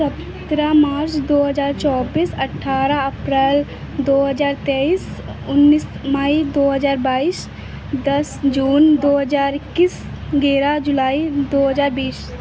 सत्रह मार्च दो हज़ार चौबीस अट्ठारह अप्रैल दो हज़ार तेइस उन्नीस मई दो हज़ार बाइस दस जून दो हज़ार इक्कीस ग्यारह जुलाई दो हज़ार बीस